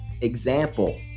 example